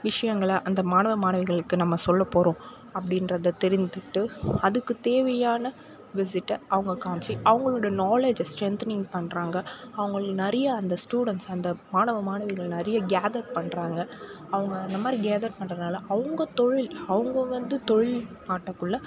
விஷயங்களை அந்த மாணவ மாணவிகளுக்கு நம்ம சொல்ல போகிறோம் அப்படின்றத தெரிந்திட்டு அதுக்கு தேவையான விஸிட்டை அவங்க காமித்து அவங்களோட நாலேஜை ஸ்ட்ரென்த்னிங் பண்ணுறாங்க அவங்களுக்கு நிறைய அந்த ஸ்டூடண்ட்ஸ் அந்த மாணவ மாணவிகள் நிறைய கேதர் பண்ணுறாங்க அவங்க இந்த மாதிரி கேதர் பண்ணுறனால அவங்க தொழில் அவங்க வந்து தொழில் நாட்டக்குள்ளே